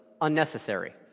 unnecessary